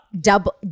Double